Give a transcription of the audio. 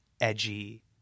edgy